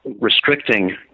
restricting